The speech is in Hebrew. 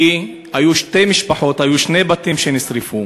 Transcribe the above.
כי היו שתי משפחות, היו שני בתים שנשרפו.